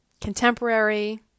contemporary